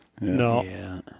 No